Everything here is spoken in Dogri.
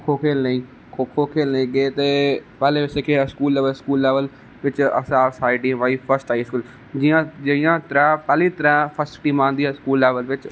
खो खो खेलने गी खो खो खेलने गी गे ते पैहलें अस गे स्कूल लेबल बिच साढ़ी टीम आई फर्स्ट जियां पैह्ली त्रै टीमां आंदियां फर्स्ट लेबल बिच